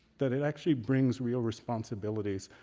that it actually brings real responsibilities.